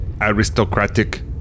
aristocratic